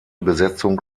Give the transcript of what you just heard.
besetzung